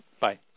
Bye